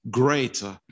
greater